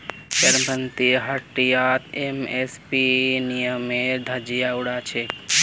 पीरपैंती हटियात एम.एस.पी नियमेर धज्जियां उड़ाई छेक